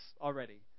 already